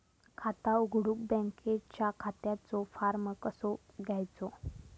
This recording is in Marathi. खाता उघडुक बँकेच्या खात्याचो फार्म कसो घ्यायचो?